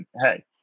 hey